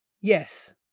Yes